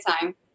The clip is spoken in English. time